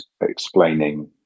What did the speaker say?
explaining